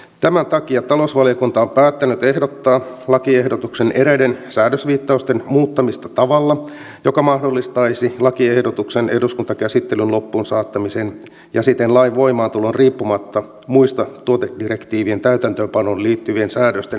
tämän takia talousvaliokunta on päättänyt ehdottaa lakiehdotuksen eräiden säädösviittausten muuttamista tavalla joka mahdollistaisi lakiehdotuksen eduskuntakäsittelyn loppuun saattamisen ja siten lain voimaantulon riippumatta muista tuotedirektiivin täytäntöönpanoon liittyvien säädösten eduskuntakäsittelyistä